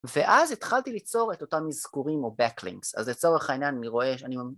ואז התחלתי ליצור את אותם אזכורים או backlinks, אז לצורך העניין אני רואה...